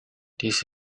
this